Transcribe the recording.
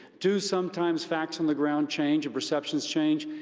do sometimes facts on the ground change and perceptions change?